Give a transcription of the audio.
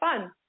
fun